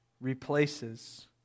replaces